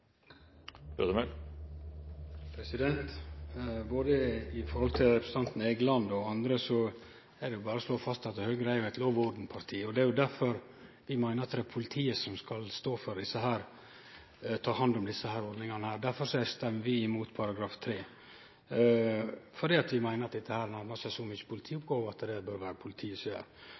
Både i forhold til representanten Egeland og andre vil eg berre slå fast at Høgre er eit lov og orden-parti, og det er derfor eg meiner at det er politiet som skal ta hand om desse ordningane. Derfor stemmer vi imot § 3. Vi meiner at dette nærmar seg så mykje politioppgåver, at det bør vere